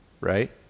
right